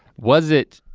was it?